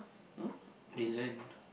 mm they learn